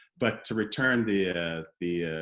but to return the ah the